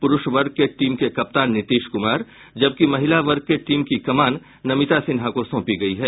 प्रूष वर्ग के टीम के कप्तान नीतीश कुमार जबकि महिला वर्ग के टीम की कमान नमिता सिन्हा को सौंपी गयी है